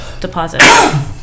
deposit